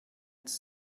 its